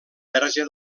verge